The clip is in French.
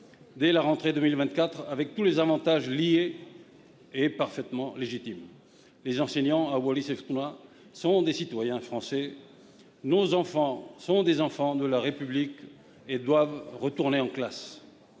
dès la rentrée 2024, avec tous les avantages liés, est parfaitement légitime. Les enseignants, à Wallis-et-Futuna, sont des citoyens français. Nos enfants sont des enfants de la République et doivent retourner en classe.